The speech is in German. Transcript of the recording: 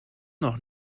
noch